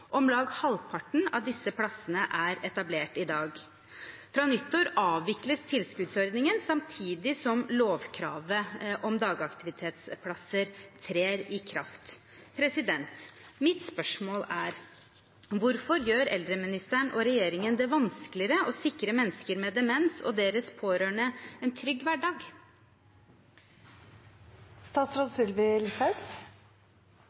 Om lag halvparten av disse plassene er etablert i dag. Fra nyttår avvikles tilskuddsordningen, samtidig som lovkravet om dagaktivitetsplasser trer i kraft. Mitt spørsmål er: Hvorfor gjør eldreministeren og regjeringen det vanskeligere å sikre mennesker med demens og deres pårørende en trygg